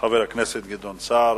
חבר הכנסת גדעון סער.